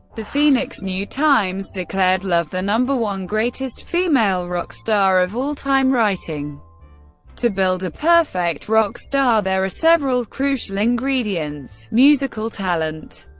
the phoenix new times declared love the number one greatest female rock star of all time, writing to build a perfect rock star, there are several crucial ingredients musical talent,